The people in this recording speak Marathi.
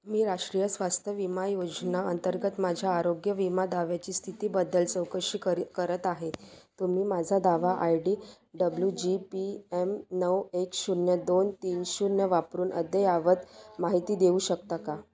मी राष्ट्रीय स्वास्थ्य विमा योजना अंतर्गत माझ्या आरोग्य विमा दाव्याची स्थितीबद्दल चौकशी करी करत आहे तुम्ही माझा दावा I D W G P M नऊ एक शून्य दोन तीन शून्य वापरून अद्ययावत माहिती देऊ शकता का